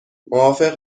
موافق